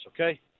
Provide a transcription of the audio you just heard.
okay